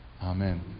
Amen